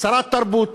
כשרת תרבות,